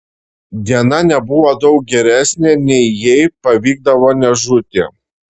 diena nebuvo daug geresnė nei jei pavykdavo nežūti